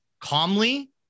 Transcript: calmly